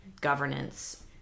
governance